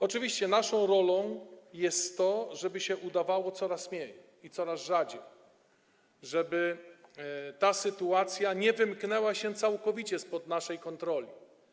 Oczywiście naszą rolą jest to, żeby się udawało coraz mniej i coraz rzadziej, żeby ta sytuacja nie wymknęła się całkowicie spod naszej kontroli.